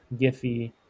Giphy